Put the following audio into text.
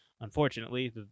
Unfortunately